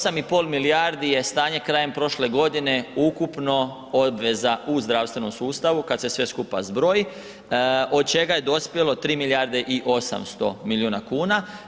8,5 milijardi je stanje krajem prošle godine ukupno obveza u zdravstvenom sustavu kad se sve skupa zbroji od čega je dospjelo 3 milijarde i 800 miliona kuna.